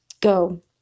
go